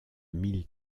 mille